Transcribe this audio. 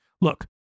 Look